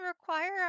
require